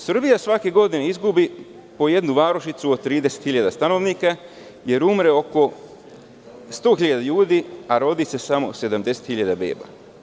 Srbija svake godine izgubi po jednu varošicu od 30.000 stanovnika, jer umre oko 100.000 ljudi, a rodi se samo 70.000 beba.